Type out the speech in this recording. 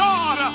God